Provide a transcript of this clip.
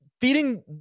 feeding